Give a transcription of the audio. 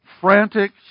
frantic